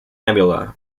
nebula